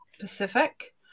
Pacific